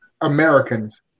Americans